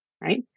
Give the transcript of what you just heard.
right